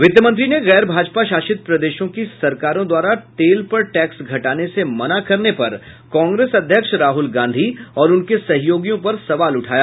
वित्त मंत्री ने गैर भाजपा शासित प्रदेशों की सरकारों द्वारा तेल पर टैक्स घटाने से मना करने पर कांग्रेस अध्यक्ष राहुल गांधी और उनके सहयोगियों पर सवाल उठाया